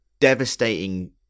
devastating